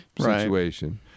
situation